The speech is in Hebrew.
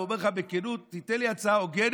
ואומר לך בכנות: תיתן לי הצעה הוגנת,